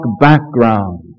background